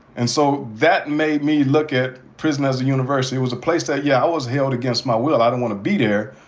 and so that made me look at prison as a university. it was a place that, yeah, i was held against my will. i didn't want to be there.